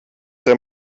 der